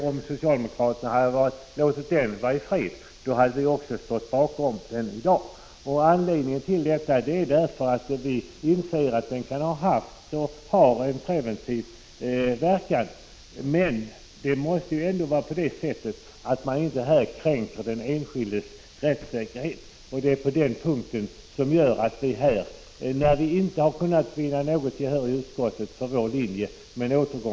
Om socialdemokraterna hade låtit den vara i fred, hade vi stått bakom den också i dag, och detta därför att vi inser att klausulen kan ha haft och har en preventiv verkan. Lagen måste emellertid vara så utformad att den inte kränker den enskildes rättssäkerhet. När vi inte har kunnat vinna gehör i utskottet för vår linje om återgång till 1980 års utformning, har vi därför ansett att = Prot.